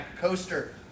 coaster